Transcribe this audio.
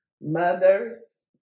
mothers